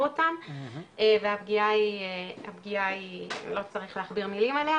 אותם והפגיעה לא צריך להכביר מילים עליה,